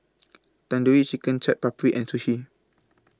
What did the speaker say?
Tandoori Chicken Chaat Papri and Sushi